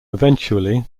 eventually